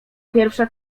pierwsza